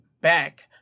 back